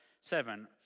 seven